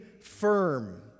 firm